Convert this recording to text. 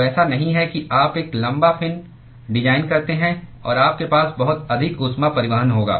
तो ऐसा नहीं है कि आप एक लंबा फिन डिजाइन करते हैं और आपके पास बहुत अधिक ऊष्मा परिवहन होगा